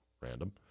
random